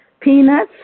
Peanuts